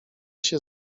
się